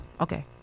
Okay